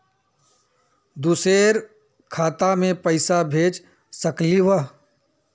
दुसरे खाता मैं पैसा भेज सकलीवह?